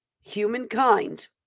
humankind